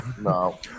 No